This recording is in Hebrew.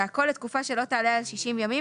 והכול לתקופה שלא תעלה על 60 ימים,